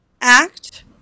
act